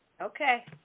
Okay